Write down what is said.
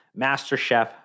MasterChef